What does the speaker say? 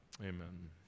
Amen